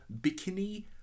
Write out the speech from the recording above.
bikini